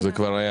לא התקבל.